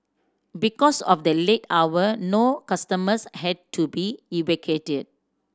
because of the late hour no customers had to be evacuated